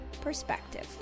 perspective